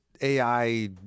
AI